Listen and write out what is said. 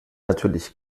natürlich